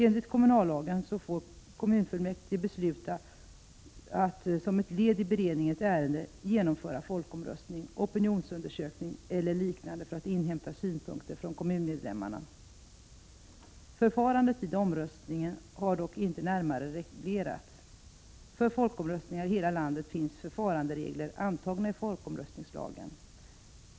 Enligt kommunallagen får kommunfullmäktige besluta att som ett led i beredningen i ett ärende genomföra folkomröstning, opinionsundersökning eller liknande för att inhämta synpunkter från kommunmedlemmarna. Förfarandet vid omröstning har dock inte närmare reglerats. För folkomröstningar i hela landet finns förfaranderegler antagna i folkomröstningslagen.